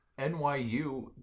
NYU